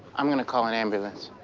i'm gonna call an ambulance.